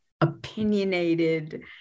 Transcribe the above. opinionated